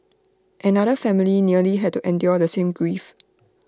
another family nearly had to endure the same grief